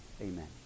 amen